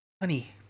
honey